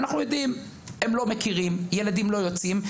אנחנו יודעים הם לא מכירים ילדים לא יוצאים,